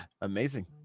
amazing